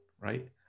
right